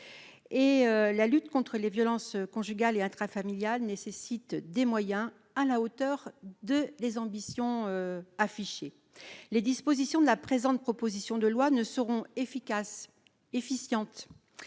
La lutte contre les violences conjugales et intrafamiliales nécessite des moyens à la hauteur des ambitions affichées. Les dispositions de la présente proposition de loi ne seront efficaces que si